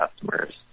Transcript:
customers